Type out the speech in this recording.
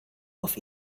auf